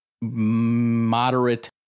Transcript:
moderate